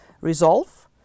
resolve